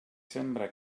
sembra